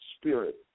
spirit